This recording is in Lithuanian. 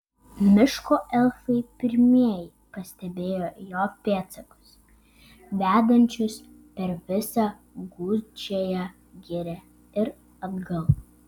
miško elfai pirmieji pastebėjo jo pėdsakus vedančius per visą gūdžiąją girią ir atgal